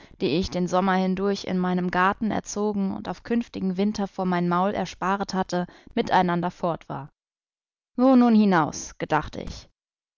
die ich den sommer hindurch in meinem garten erzogen und auf künftigen winter vor mein maul ersparet hatte miteinander fort war wo nun hinaus gedacht ich